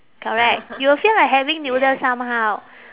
correct you will feel like having noodle somehow